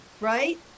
right